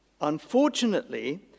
Unfortunately